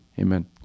Amen